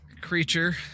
creature